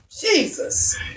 Jesus